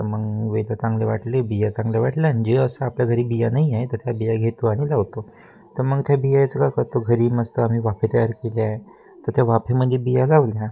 तर मग वेल चांगले वाटले बिया चांगले वाटले आणि जे असं आपल्या घरी बिया नाही आहे तर त्या बिया घेतो आणि लावतो तर मग त्या बियाचं का करतो घरी मस्त आम्ही वाफे तयार केले आहे तर त्या वाफे म्हणजे बिया लावल्या